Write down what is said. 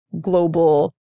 global